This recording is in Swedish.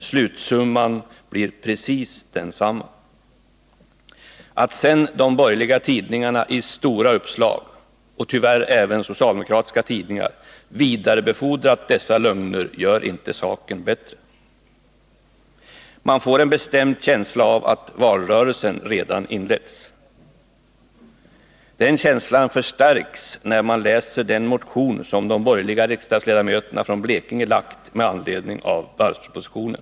Slutsumman blir precis densamma. Att sedan de borgerliga tidningarna — och tyvärr även socialdemokratiska tidningar — i stora uppslag vidarebefordrat dessa lögner gör inte saken bättre. Man får en bestämd känsla av att valrörelsen redan har inletts. Den känslan förstärks, när man läser den motion som de borgerliga riksdagsledamöterna från Blekinge lagt fram med anledning av varvspropositionen.